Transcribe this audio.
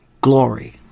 glory